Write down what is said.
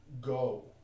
go